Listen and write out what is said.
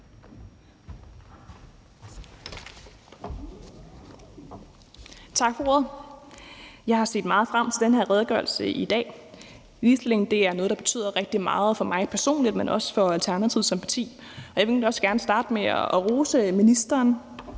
Tak for ordet. Jeg har set meget frem til den her redegørelse i dag. Ligestilling er noget, der betyder rigtig meget for mig personligt, men også for Alternativet som parti. Jeg vil egentlig også gerne starte med at rose ministeren.